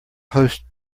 host